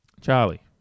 Charlie